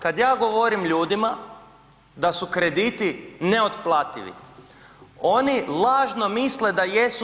Kada ja govorim ljudima da su krediti ne otplativi, oni lažno misle da jesu.